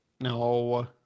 No